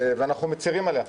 ואנחנו מצרים עליה.